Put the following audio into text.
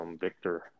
Victor